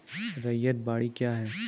रैयत बाड़ी क्या हैं?